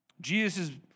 Jesus